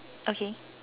okay